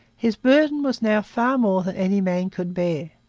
his burden was now far more than any man could bear.